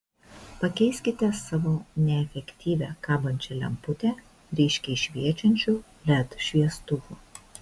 pakeiskite savo neefektyvią kabančią lemputę ryškiai šviečiančiu led šviestuvu